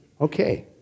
Okay